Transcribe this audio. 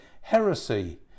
heresy